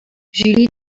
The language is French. julie